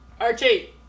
archie